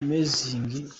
amazing